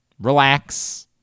Relax